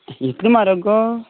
इतलें म्हागर गो